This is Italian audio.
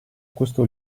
questo